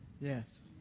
Yes